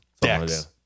Dex